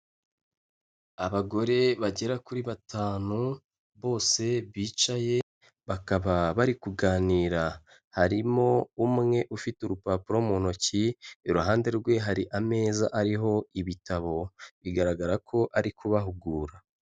Abagore bagera kuri batanu bose bicaye, bakaba bari kuganira, harimo umwe ufite urupapuro mu ntoki, iruhande rwe hari ameza ariho ibitabo, bigaragara ko ari kubahugura.